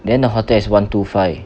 then the hotel is one two five